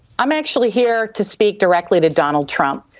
i'm actually here to speak directly to donald trump,